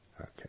Okay